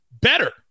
better